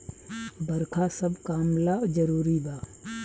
बरखा सब काम ला जरुरी बा